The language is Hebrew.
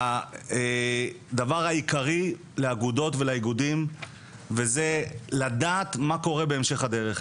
הדבר העיקרי לאגודות ולאיגודים הוא לדעת מה קורה בהמשך הדרך,